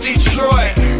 Detroit